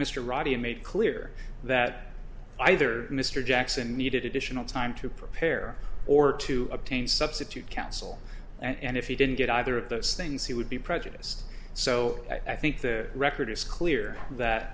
ravi made clear that either mr jackson needed additional time to prepare or to obtain substitute counsel and if he didn't get either of those things he would be prejudiced so i think the record is clear that